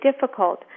difficult